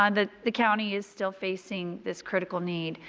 um the the county is still facing this critical need.